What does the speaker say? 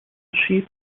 sheep